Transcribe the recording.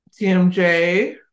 TMJ